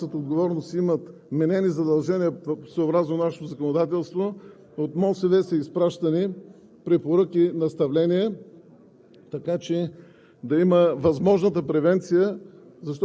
и винаги когато е имало такива ситуации, до всички субекти, които носят отговорност и имат вменени задължения съобразно нашето законодателство, от МОСВ са изпращани препоръки-наставления,